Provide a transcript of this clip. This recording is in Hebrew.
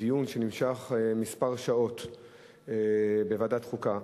בדיון שנמשך כמה שעות בוועדת חוקה,